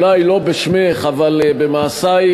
אולי לא בשמך אבל במעשייך,